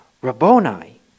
Rabboni